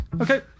Okay